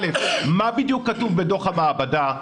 מה בדיוק כתוב בדוח המעבדה,